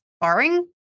barring